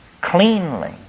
Cleanly